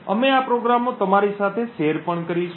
અમે આ પ્રોગ્રામો તમારી સાથે શેર પણ કરીશું